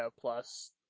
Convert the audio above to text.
plus